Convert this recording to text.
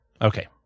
Okay